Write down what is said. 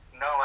no